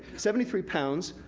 seventy three pounds,